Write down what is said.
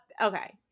Okay